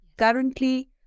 Currently